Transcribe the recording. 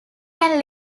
can